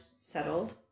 settled